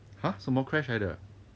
!huh! 什么 crash 来的